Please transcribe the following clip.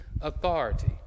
authority